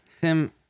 Tim